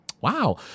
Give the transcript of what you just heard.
Wow